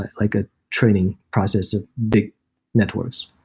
like a training process of big networks.